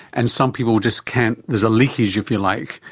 and some people just can't, there's a leakage, if you like,